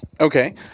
Okay